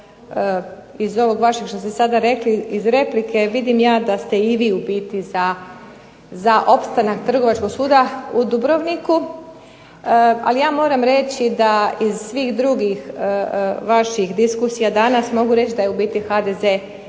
iz ovog vašeg što ste sada rekli, iz replike vidim ja da ste i vi u biti za opstanak Trgovačkog suda u Dubrovniku. Ali ja moram reći da iz svih drugih vaših diskusija danas mogu reći da je u biti HDZ